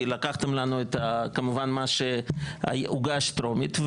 כי לקחתם לנו כמובן מה שהוגש טרומית,